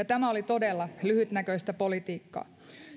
tämä oli todella lyhytnäköistä politiikkaa